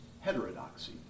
heterodoxy